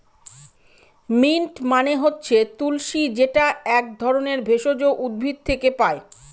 mint মানে হচ্ছে তুলশী যেটা এক ধরনের ভেষজ উদ্ভিদ থেকে পায়